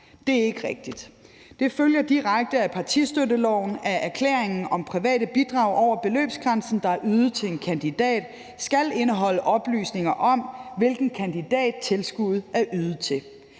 Det er ikke rigtigt. Det følger direkte af partistøtteloven, at erklæringen om private bidrag over beløbsgrænsen, der er ydet til en kandidat, skal indeholde oplysninger om, hvilken kandidat tilskuddet er ydet til.